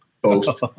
Boast